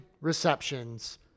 receptions